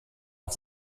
auf